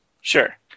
Sure